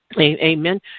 amen